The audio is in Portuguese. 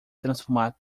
transformar